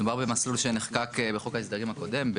מדובר על מסלול שנחקק בחוק ההסדרים הקודם,